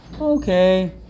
okay